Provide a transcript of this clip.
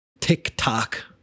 TikTok